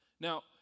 Now